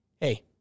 hey